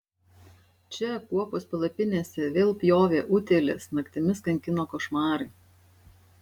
čia kuopos palapinėse vėl pjovė utėlės naktimis kankino košmarai